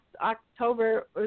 October